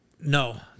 No